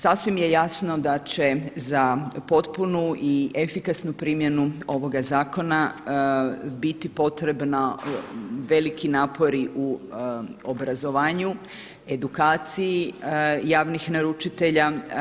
Sasvim je jasno da će za potpunu i efikasnu primjenu ovoga zakona biti potrebni veliki napori u obrazovanju, edukaciji javnih naručitelja.